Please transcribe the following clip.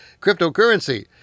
cryptocurrency